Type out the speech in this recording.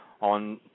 on